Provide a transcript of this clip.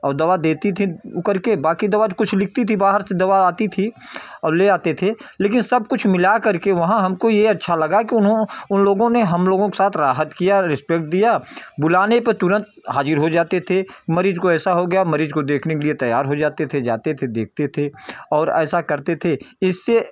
और दवा देती थी उ करके बाकी दवा तो कुछ लिखती थी बाहर से दवा आती थी और ले आते थे लेकिन सब कुछ मिला करके वहाँ हमको यह अच्छा लगा कि उन्हों उन लोगों ने हम लोगों के साथ राहत किया रिस्पेक्ट दिया बुलाने पर तुरंत हाज़िर हो जाते थे मरीज़ को ऐसा हो गया मरीज़ को देखने के लिए तैयार हो जाते थे जाते थे देखते थे और ऐसा करते थे इससे